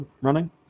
running